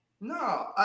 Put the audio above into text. no